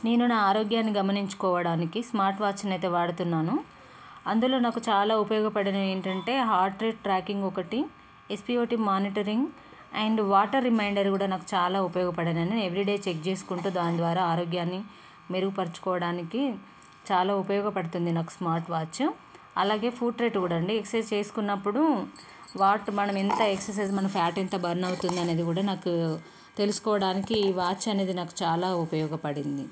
నేను నా ఆరోగ్యాన్ని గమనించికోవడానికి స్మార్ట్ వాచ్నైతే వాడుతున్నాను అందులో నాకు చాలా ఉపయోగపడినవి ఏంటంటే హార్ట్ రేట్ ట్రాకింగ్ ఒకటి SPOT monitoring and water reminder కూడా నాకు చాలా ఉపయోగపడినని నేను ఎవ్రీ డే చెక్ చేసుకుంటూ దాని ద్వారా ఆరోగ్యాన్ని మెరుగుపరచుకోవడానికి చాలా ఉపయోగపడుతుంది నాకు స్మార్ట్ వాచ్చు అలాగే ఫూట్ రేట్ కూడా అండి ఎక్స్సైజ్ చేసుకున్నప్పుడు వాట్ మనమెంత ఎక్స్సైజ్ మన ఫ్యాట్ ఎంత బర్న్ అవుతుంది అనేది కూడా నాకు తెలుసుకోవడానికి ఈ వాచ్ అనేది నాకు చాలా ఉపయోగపడింది